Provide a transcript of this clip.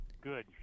Good